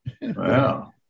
Wow